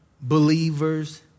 believers